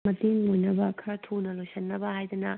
ꯃꯇꯦꯡ ꯑꯣꯏꯅꯕ ꯈꯔ ꯊꯨꯅ ꯂꯣꯏꯁꯟꯅꯕ ꯍꯥꯏꯗꯅ